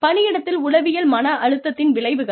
பணியிடத்தில் உளவியல் மன அழுத்தத்தின் விளைவுகள்